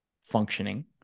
functioning